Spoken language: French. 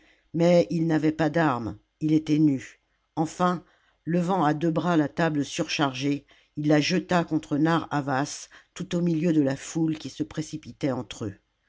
mais il n'avait pas d'armes il était nu enfin levant à deux bras la table surchargée il la jeta contre narr'havas tout au milieu de la foule qui se précipitait entre eux